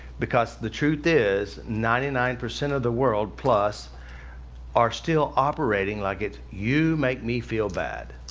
because the truth is, ninety nine percent of the world plus are still operating like it's you make me feel bad.